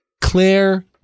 Claire